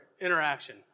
interaction